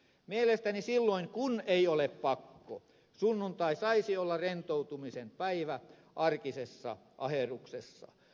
mielestäni silloin kun ei ole pakko sunnuntai saisi olla rentoutumisen päivä arkisessa aherruksessa